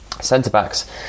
Centre-backs